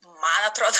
man atrodo